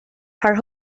her